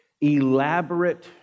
elaborate